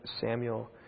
Samuel